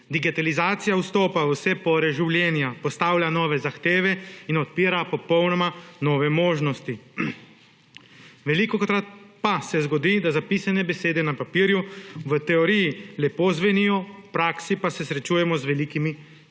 digitalizacija vstopa v vse pore življenja, postavlja nove zahteve in odpira popolnoma nove možnosti. Velikokrat pa se zgodi, da zapisane besede na papirju, v teoriji lepo zvenijo, v praksi pa se srečujemo z velikimi težavami.